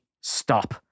stop